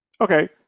Okay